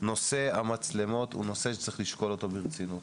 נושא המצלמות הוא נושא שצריך לשקול אותו ברצינות.